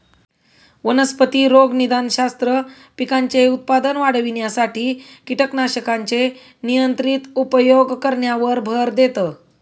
वनस्पती रोगनिदानशास्त्र, पिकांचे उत्पादन वाढविण्यासाठी कीटकनाशकांचे नियंत्रित उपयोग करण्यावर भर देतं